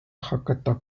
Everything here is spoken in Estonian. hakata